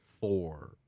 four